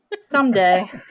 someday